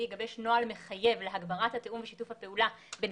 יגבש נוהל מחייב להגברת התיאום ושיתוף הפעולה בין